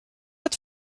but